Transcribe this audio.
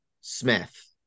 Smith